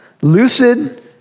Lucid